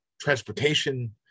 transportation